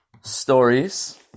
stories